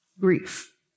grief